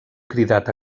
cridat